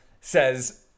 says